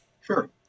sure